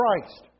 Christ